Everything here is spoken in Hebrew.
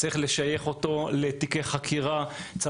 צריך לשייך אותו לתיקי חקירה מסוימים,